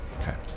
Okay